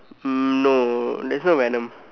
um no there's no venom